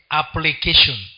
application